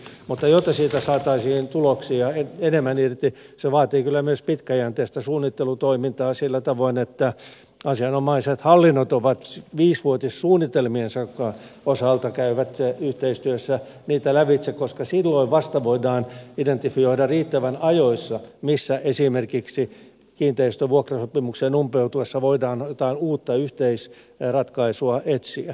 mutta jotta siitä saataisiin tuloksia enemmän irti se vaatii kyllä myös pitkäjänteistä suunnittelutoimintaa sillä tavoin että asianomaiset hallinnot viisivuotissuunnitelmiensa osalta käyvät yhteistyössä niitä lävitse koska silloin vasta voidaan identifioida riittävän ajoissa miten esimerkiksi kiinteistön vuokrasopimuksen umpeutuessa voidaan jotain uutta yhteisratkaisua etsiä